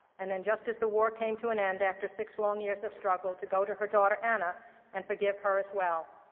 and then, just as the war came to an end, after six long years of struggle, to go to her daughter anna and forgive her, as well,